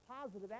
positive